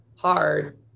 hard